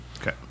Okay